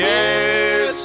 Yes